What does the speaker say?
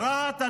רהט,